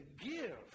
give